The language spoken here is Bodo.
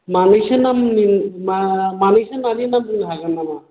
मानैसो नामनि मा मानैसो नानि नाम बुंनो हागोन नामा